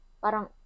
parang